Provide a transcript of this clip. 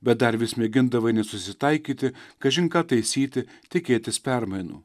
bet dar vis mėgindavai nesusitaikyti kažin ką taisyti tikėtis permainų